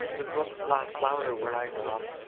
the brooks laugh louder when i come,